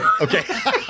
Okay